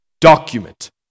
document